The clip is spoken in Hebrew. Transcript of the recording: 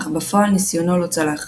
אך בפועל ניסיונו לא צלח,